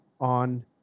on